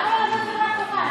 למה לא להעביר את זה לוועדת חוקה?